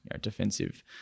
defensive